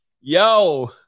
Yo